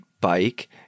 bike